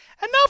Enough